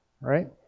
right